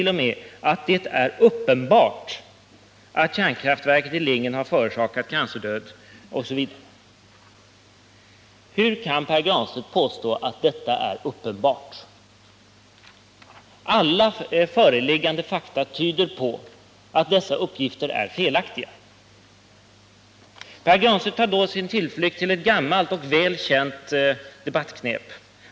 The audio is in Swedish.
0. m.: ”Det är nu uppenbart att kärnkraftverket i Lingen i Västtyskland har förorsakat en omfattande cancerdöd —-—--.” Hur kan Pär Granstedt påstå att detta är uppenbart? Alla föreliggande fakta tyder på att dessa uppgifter är felaktiga. Pär Granstedt tar då sin tillflykt till ett gammalt och välkänt debattknep.